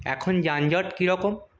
এখন যানজট কিরকম